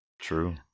true